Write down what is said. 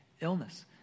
illness